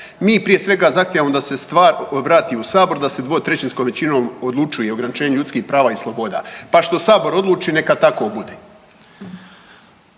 Mi, prije svega, zahtijevamo da se stvar vrati u Sabor, da se dvotrećinskom većinom odlučuje o ograničenju ljudskih prava i sloboda pa što Sabor odluči, neka tako bude.